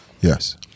Yes